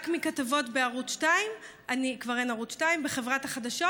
רק מכתבות בערוץ 2, כבר אין ערוץ 2, בחברת החדשות.